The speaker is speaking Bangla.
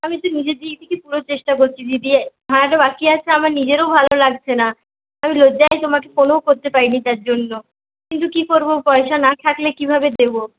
আমি তো নিজের দিক থেকে পুরো চেষ্টা করছি দিদি ভাড়াটা বাকি আছে আমার নিজেরও ভালো লাগছে না আমি লজ্জায় তোমাকে ফোনও করতে পারিনি তার জন্য কিন্তু কি করবো পয়সা না থাকলে কিভাবে দেবো